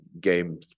game